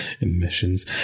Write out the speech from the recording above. Emissions